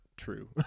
True